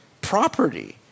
property